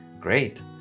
Great